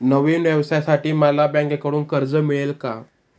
नवीन व्यवसायासाठी मला बँकेकडून कर्ज मिळेल का?